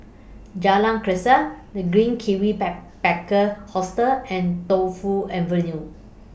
Jalan Grisek The Green Kiwi Ba Backpacker Hostel and Tu Fu Avenue